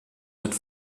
mit